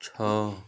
छः